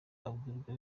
abwirwa